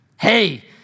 Hey